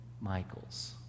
Michael's